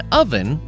oven